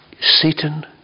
Satan